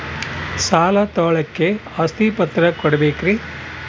ಸಾಲ ತೋಳಕ್ಕೆ ಆಸ್ತಿ ಪತ್ರ ಕೊಡಬೇಕರಿ?